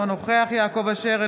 אינו נוכח יעקב אשר,